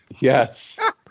Yes